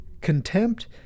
contempt